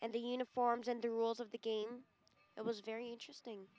and the uniforms and the rules of the game it was very interesting